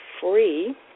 free